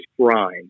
grind